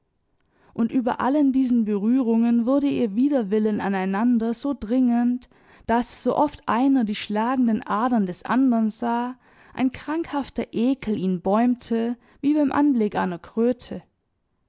und über allen diesen berührungen wurde ihr widerwillen aneinander so dringend daß sooft einer die schlagenden adern des andern sah ein krankhafter ekel ihn bäumte wie beim anblick einer kröte